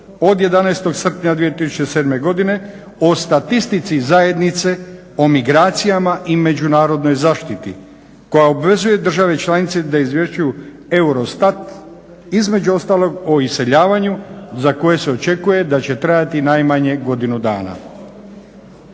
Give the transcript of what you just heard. od 11. srpnja 2007. godine o statistici zajednice, o migracijama i međunarodnoj zaštiti koja obvezuje države članice da izvješćuju EUROSTAT između ostalog o iseljavanju za koje se očekuje da će trajati najmanje godinu dana.